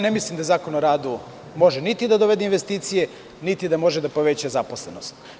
Ne mislim da Zakon o radu može niti da dovede investicije niti da može da poveća zaposlenost.